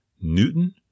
Newton